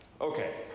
Okay